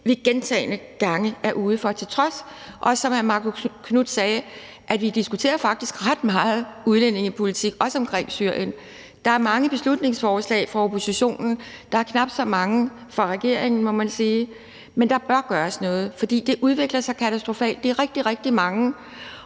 vi gentagne gange er ude for, til trods for at vi, som hr. Marcus Knuth sagde, faktisk diskuterer ret meget udlændingepolitik, herunder omkring Syrien. Der er mange beslutningsforslag fra oppositionen, og der er knap så mange fra regeringen, må man sige, men der bør gøres noget, fordi det udvikler sig katastrofalt. Det er rigtig, rigtig mange,